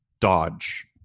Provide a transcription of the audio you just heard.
dodge